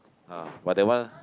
ah but that one